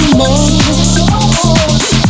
more